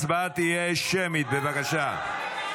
ההצבעה תהיה שמית, בבקשה.